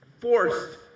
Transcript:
forced